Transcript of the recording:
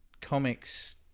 Comics